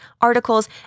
articles